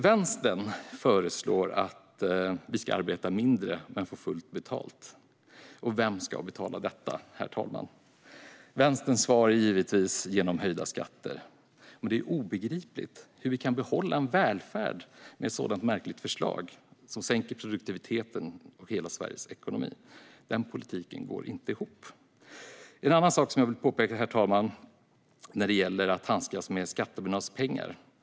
Vänstern föreslår att vi ska arbeta mindre men få fullt betalt. Vem ska betala detta, herr talman? Vänsterns svar är givetvis att detta ska ske genom höjda skatter. Men det är obegripligt hur vi ska kunna behålla en välfärd med ett sådant märkligt förslag som sänker produktiviteten och hela Sveriges ekonomi. Den politiken går inte ihop. Herr talman! Jag vill påpeka en annan sak när det gäller att handskas med skattebetalarnas pengar.